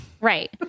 right